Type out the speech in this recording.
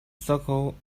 circle